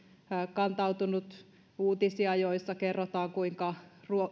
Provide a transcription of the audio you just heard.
kantautunut uutisia joissa kerrotaan kuinka